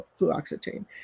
fluoxetine